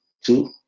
Two